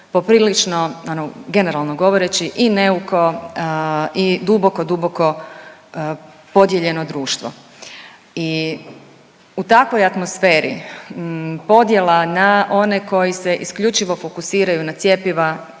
poprilično ono generalno govoreći i neuko i duboko, duboko podijeljeno društvo i u takvoj atmosferi podjela na one koji se isključivo fokusiraju na cjepiva